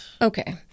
Okay